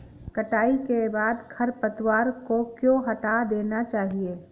कटाई के बाद खरपतवार को क्यो हटा देना चाहिए?